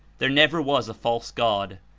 there never was a false god,